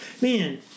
man